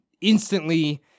instantly